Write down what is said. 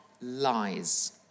lies